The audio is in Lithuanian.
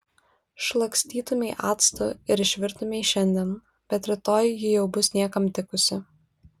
šlakstytumei actu ir išvirtumei šiandien bet rytoj ji jau bus niekam tikusi